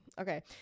Okay